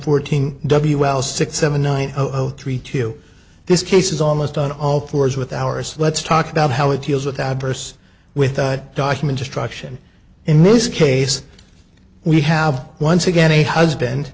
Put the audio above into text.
fourteen w l six seven nine zero zero three two this case is almost on all fours with hours let's talk about how it deals with adverse with a document destruction in this case we have once again a husband